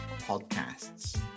podcasts